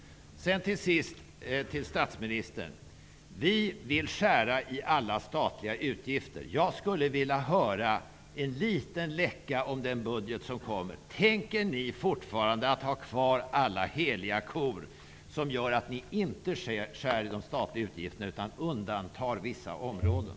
Till sist, statsministern: Vi vill skära i alla statliga utgifter. Jag skulle vilja höra en liten läcka om den budget som kommer. Tänker ni fortsätta att ha kvar alla heliga kor som gör att ni inte skär i de statliga utgifterna utan undantar vissa områden?